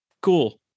cool